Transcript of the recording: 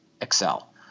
Excel